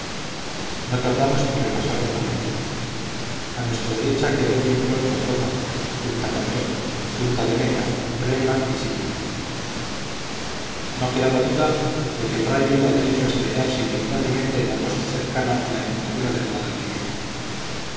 no tardamos en rebasar de la bahía a nuestra derecha quedó bien pronto rota punta candor punta de meca regla y chipiona no quedaba duda de que el rayo iba derecho a estrellarse inevitablemente en la costa cercana a la embocadura del guadalquivir